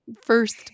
first